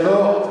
זה לא,